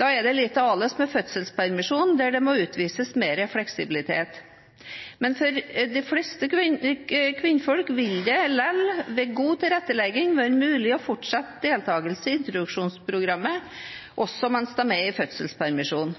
Da er det litt annerledes med fødselspermisjon, der det må utvises mer fleksibilitet. Men for de fleste kvinner vil det likevel, ved god tilrettelegging, være mulig med fortsatt deltakelse i introduksjonsprogrammet også mens de er i fødselspermisjon.